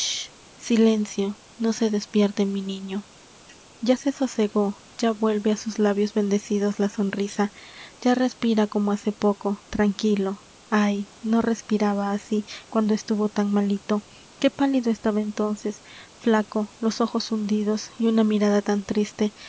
silencio no se despierte mi niño ya se sosegó ya vuelve á sus labios bendecidos la sonrisa ya respira como hace poco tranquilo ay no respiraba así cuando estuvo tan malito qué pálido estaba entónces flaco los ojos hundidos y una mirada tan triste